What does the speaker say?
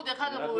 דרך אגב,